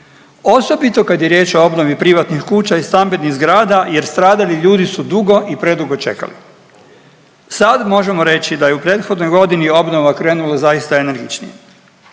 Osobito kad je riječ o obnovi privatnih kuća i stambenih zgrada jer stradali ljudi su dugo i predugo čekali. Sad možemo reći da je u prethodnoj godini obnova krenula zaista energičnije.